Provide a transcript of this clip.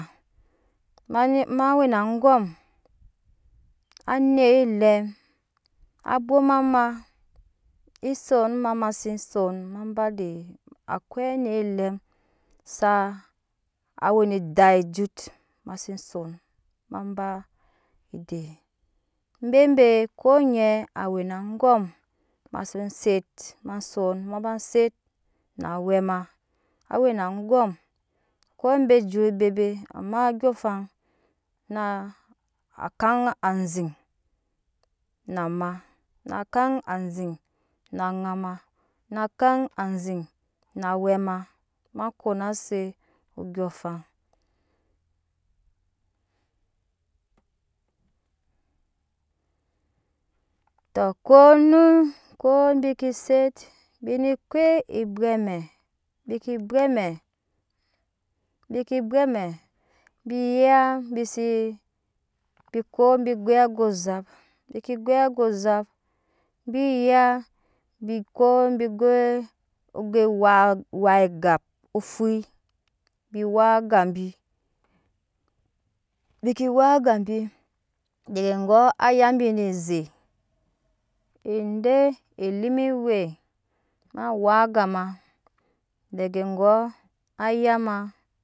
Manyi mawe na angom anet elem abwoma ma eson ma mase son ma ba ede aka anet elem saa we ne edak eju akai anet elɛm saa we ne edak eju ma se sonma ba de bebe konyi awe naangom mase set ma son maba set naawe ma awe na angom akoi abe ejut bebe amma ondyɔɔŋa fan na akan amiŋ na ma na kan anziŋ aŋa ma na kan anziŋ na awɛ ma ma konase ondyɔɔŋafan to ko mu ko bi ke set bike ko ebwe amɛ bike bwɛamɛ bike bwe amɛ bike iyaa bi se biko bi goi aga ozop bike goi aga ozap bi bege gɔɔ aya bi neze ede elim wewe ma walk aga ma de gɔɔ aya ma